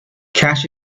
cash